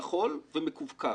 כחול ומקווקו.